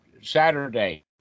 Saturday